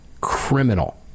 criminal